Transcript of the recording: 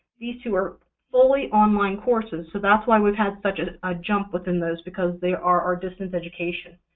these two are fully online courses, so that's why we've had such a jump within those, because they are our distance education.